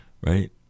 right